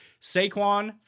Saquon